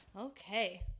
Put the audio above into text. Okay